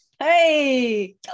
hey